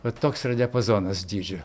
va toks yra diapazonas dydžių